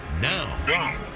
now